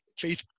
faith